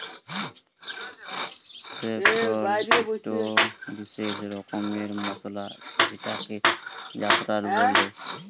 saffron ইকট বিসেস রকমের মসলা যেটাকে জাফরাল বল্যে